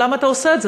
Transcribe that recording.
למה אתה עושה את זה,